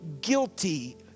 guilty